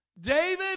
David